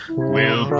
will